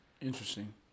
Interesting